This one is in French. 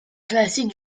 classique